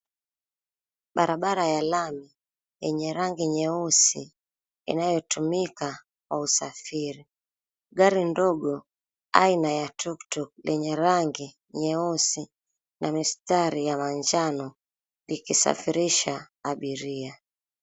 Barabara ya lami yenye rangi nyeusi inayotumika kwa usafiri. Gari ndogo aina ya tuktuk lenye rangi nyeusi na mistari ya manjano, likisafirisha abiria.